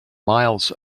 miles